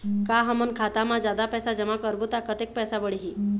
का हमन खाता मा जादा पैसा जमा करबो ता कतेक पैसा बढ़ही?